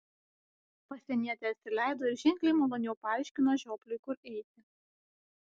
pasienietė atsileido ir ženkliai maloniau paaiškino žiopliui kur eiti